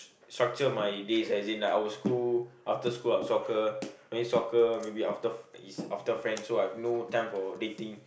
structure my days as in I got school after school I will soccer maybe soccer maybe after is after friends so I got no time for dating